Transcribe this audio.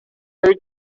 hurt